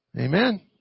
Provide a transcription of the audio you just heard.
Amen